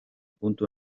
puntu